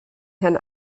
herrn